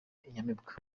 inyamibwa